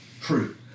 True